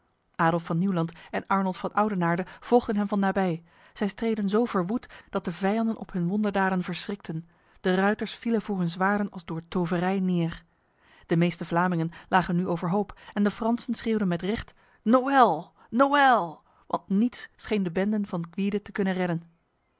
adolf van nieuwland en arnold van oudenaarde volgden hem van nabij zij streden zo verwoed dat de vijanden op hun wonderdaden verschrikten de ruiters vielen voor hun zwaarden als door toverij neer de meeste vlamingen lagen nu overhoop en de fransen schreeuwden met recht noël noël want niets scheen de benden van gwyde te kunnen redden